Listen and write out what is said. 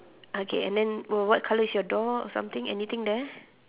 okay and then wh~ what colour is your door something anything there